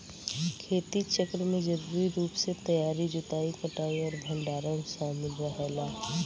खेती चक्र में जरूरी रूप से तैयारी जोताई कटाई और भंडारण शामिल रहला